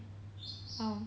oh